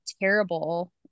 terrible